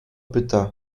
pyta